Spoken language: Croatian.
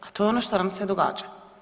A to je ono što nam se događa.